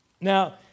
Now